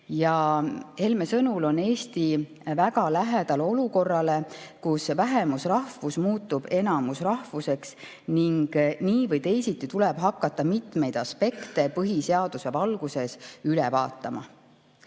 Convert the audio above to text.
Tema sõnul on Eesti väga lähedal olukorrale, kus vähemusrahvus muutub enamusrahvuseks ning nii või teisiti tuleb hakata mitmeid aspekte põhiseaduse valguses üle vaatama.